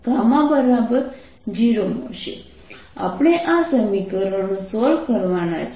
2α2βγ0 આપણે આ સમીકરણો સોલ્વ કરવાના છે